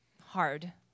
hard